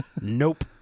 Nope